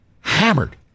Hammered